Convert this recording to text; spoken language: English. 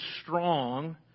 strong